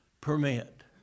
Permit